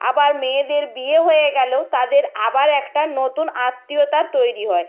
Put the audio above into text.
আবার মেয়েদের বিয়ে হয়ে গেলেও তাদের আবার একটা নতুন আত্মীয়তার তৈরি হয়